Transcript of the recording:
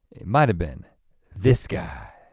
it might have been this guy.